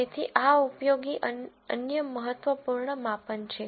તેથી આ ઉપયોગી અન્ય મહત્વપૂર્ણ માપન છે